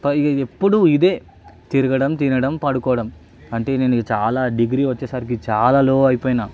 పైగా ఎప్పుడూ ఇదే తిరగడం తినడం పడుకోవడం అంటే నేను ఇక చాలా డిగ్రీ వచ్చేసరికి చాలా లో అయిపోయినా